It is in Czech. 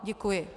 Děkuji.